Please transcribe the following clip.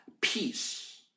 peace